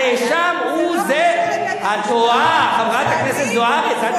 הנאשם הוא זה, את טועה, חברת הכנסת זוארץ.